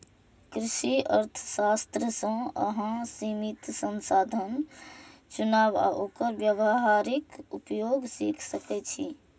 कृषि अर्थशास्त्र सं अहां सीमित साधनक चुनाव आ ओकर व्यावहारिक उपयोग सीख सकै छी